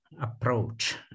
approach